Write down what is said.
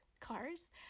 cars